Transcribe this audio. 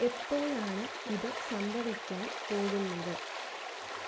എപ്പോഴാണ് ഇത് സംഭവിക്കാൻ പോകുന്നത്